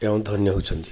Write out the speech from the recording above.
ଏବଂ ଧନ୍ୟ ହେଉଛନ୍ତି